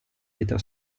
vita